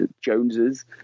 Joneses –